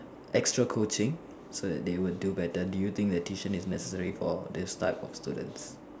extra coaching so that they would do better do you think that tuition is necessary for these type of students